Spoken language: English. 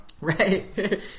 Right